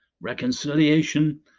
reconciliation